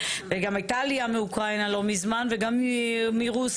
גם הייתה עלייה מאוקראינה לא מזמן וגם מרוסיה,